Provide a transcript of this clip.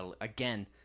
Again